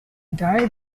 died